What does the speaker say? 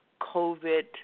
COVID